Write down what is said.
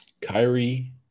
Kyrie